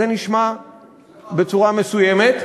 זה נשמע בצורה מסוימת,